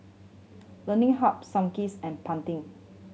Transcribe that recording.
Learning Harb Sunkist and Pantene